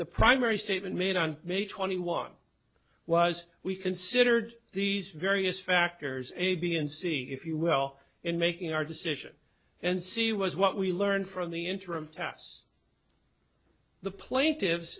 the primary statement made on may twenty one was we considered these various factors a b and c if you will in making our decision and c was what we learned from the interim tests the plaintiffs